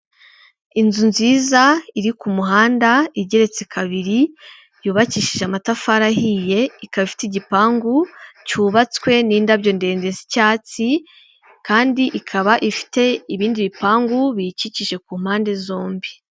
Inzu nziza iri ku muhanda igeretse kabiri, yubakishije amatafari ahiye, ikaba ifite igipangu cyubatswe n'indabyo ndende z'icyatsi, kandi ikaba ifite ibindi bipangu biyikikije ku mpande zombi.